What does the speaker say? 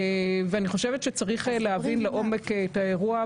ואני חושבת שצריך להבין לעומק את האירוע,